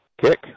Kick